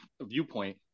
viewpoint